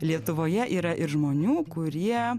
lietuvoje yra ir žmonių kurie